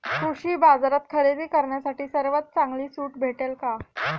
कृषी बाजारात खरेदी करण्यासाठी सर्वात चांगली सूट भेटेल का?